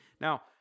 Now